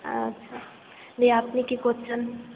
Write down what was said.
আচ্ছা যে আপনি কী করছেন